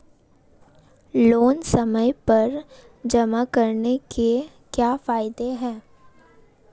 Loan समय पर जमा कराने के क्या फायदे हैं?